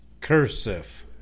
Cursive